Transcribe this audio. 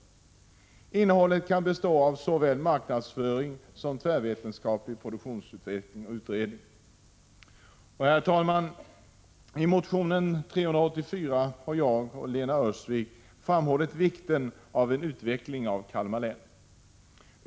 Innehållet kan bestå av såväl marknadsföring som tvärvetenskaplig produktutveckling. Herr talman! I motion 384 har jag och Lena Öhrsvik framhållit vikten av en utveckling i Kalmar län.